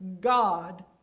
God